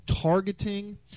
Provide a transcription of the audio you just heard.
targeting